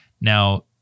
Now